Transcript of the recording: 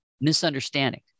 misunderstanding